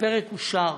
אושר